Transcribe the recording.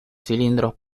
cilindros